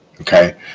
Okay